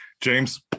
James